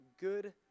good